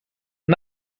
een